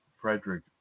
Frederick